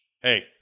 Hey